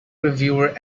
reviewer